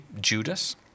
Judas